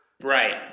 Right